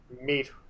meet